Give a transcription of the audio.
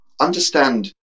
understand